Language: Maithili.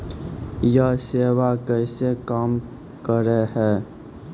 यह सेवा कैसे काम करै है?